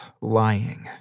lying